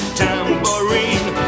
tambourine